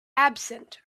absent